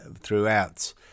throughout